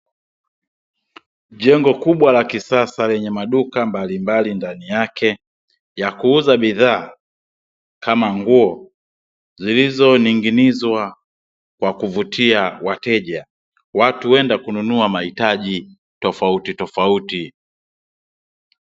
Jengo kubwa la kisasa lenye maduka mbalimbali ndani yake ya kuuza bidhaa kama nguo zilizoning'inizwa kwa kuvutia wateja, watu huenda kununua mahitaji tofauti tofauti.